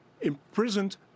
imprisoned